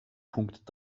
punkt